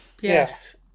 Yes